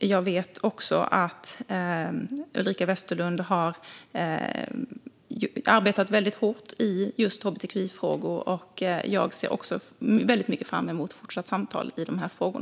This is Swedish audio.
Jag vet att Ulrika Westerlund har arbetat hårt i hbtqi-frågor, och jag ser också mycket fram emot fortsatta samtal i dessa frågor.